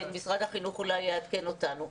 משרד החינוך אולי יעדכן אותנו.